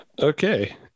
Okay